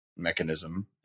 mechanism